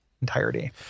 entirety